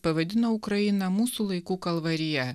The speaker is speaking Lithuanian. pavadino ukrainą mūsų laikų kalvarija